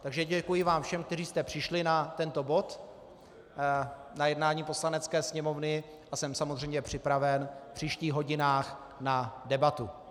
Takže děkuji vám všem, kteří jste přišli na tento bod na jednání Poslanecké sněmovny, a jsem samozřejmě připraven v příštích hodinách na debatu.